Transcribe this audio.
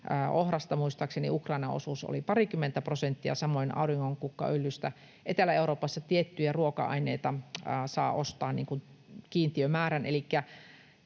ohrasta muistaakseni Ukrainan osuus oli parikymmentä prosenttia, samoin auringonkukkaöljystä, ja Etelä-Euroopassa tiettyjä ruoka-aineita saa ostaa kiintiömäärän,